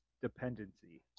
dependency